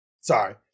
Sorry